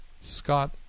Scott